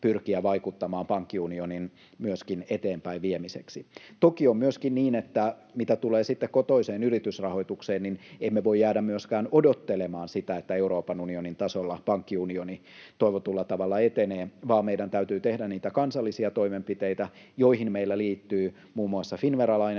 pyrkiä vaikuttamaan myöskin pankkiunionin eteenpäin viemiseksi. Toki on myöskin niin — mitä tulee sitten kotoiseen yritysrahoitukseen — että emme voi jäädä myöskään odottelemaan sitä, että Euroopan unionin tasolla pankkiunioni toivotulla tavalla etenee, vaan meidän täytyy tehdä niitä kansallisia toimenpiteitä, joihin meillä liittyy muun muassa Finnvera-lainsäädäntö,